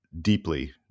deeply